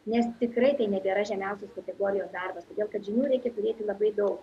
nes tikrai tai nebėra žemiausios kategorijos darbas todėl kad žinių reikia turėti labai daug